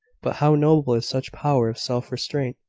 but how noble is such power of self-restraint!